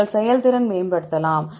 நீங்கள் செயல்திறன் மேம்படுத்தலாம்